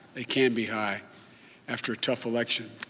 they can be high after a tough election,